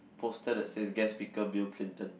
poster that says guest speaker Bill-Clinton